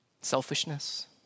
selfishness